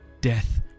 Death